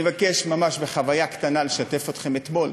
אני מבקש לשתף אתכם בחוויה קטנה ממש, מאתמול,